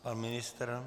Pan ministr?